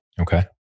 Okay